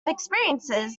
experiences